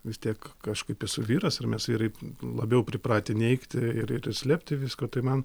vis tiek kažkaip esu vyras ir mes vyrai labiau pripratę neigti ir ir slėpti visko tai man